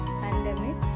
pandemic